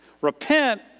Repent